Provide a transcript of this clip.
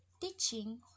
teaching